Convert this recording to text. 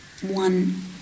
one